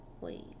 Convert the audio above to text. Wait